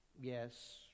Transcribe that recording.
Yes